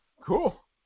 Cool